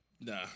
nah